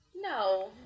No